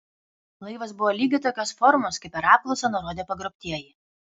laivas buvo lygiai tokios formos kaip per apklausą nurodė pagrobtieji